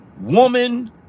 Woman